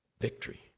victory